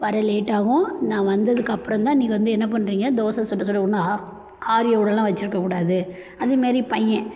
வர லேட் ஆகும் நான் வந்ததுக்கு அப்புறம் தான் நீ வந்து என்ன பண்ணுறிங்க தோசை சுட சுட ஊற்றணும் ஆ ஆரி வச்சுருக்க கூடாது அதேமாதிரி பையன்